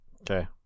Okay